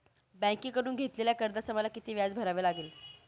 बँकेकडून घेतलेल्या कर्जाचे मला किती व्याज भरावे लागेल?